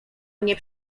mnie